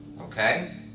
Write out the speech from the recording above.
okay